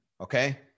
okay